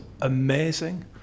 amazing